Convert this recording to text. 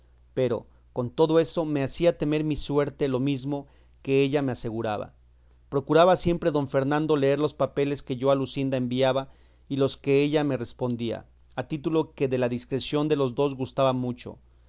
pero con todo eso me hacía temer mi suerte lo mesmo que ella me aseguraba procuraba siempre don fernando leer los papeles que yo a luscinda enviaba y los que ella me respondía a título que de la discreción de los dos gustaba mucho